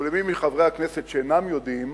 למי מחברי הכנסת שאינם יודעים,